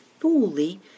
fully